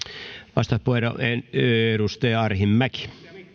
vastauspuheenvuoro edustaja arhinmäki